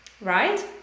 right